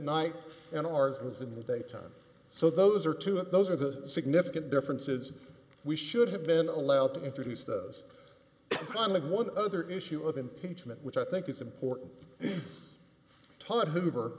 night and ours was in the daytime so those are two of those are the significant differences we should have been allowed to introduce those on the one other issue of impeachment which i think is important he taught hoover